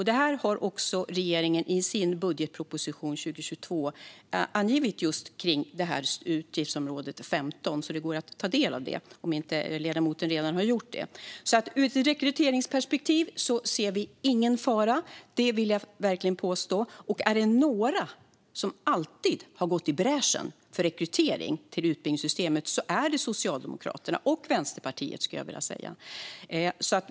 Detta har också regeringen angivit i sin budgetproposition för 2022 i samband med utgiftsområde 15. Det går alltså att ta del av det, om ledamoten inte redan har gjort det. Ur ett rekryteringsperspektiv ser vi alltså ingen fara. Det vill jag verkligen påstå. Och är det några som alltid har gått i bräschen för rekrytering till utbildningssystemet är det Socialdemokraterna - och Vänsterpartiet, skulle jag vilja säga.